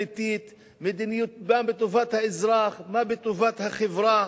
מדיניות תכליתית, מה טובת האזרח, מה טובת החברה.